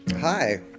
Hi